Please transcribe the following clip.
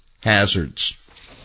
hazards